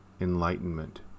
enlightenment